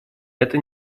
это